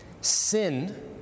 sin